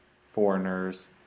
foreigners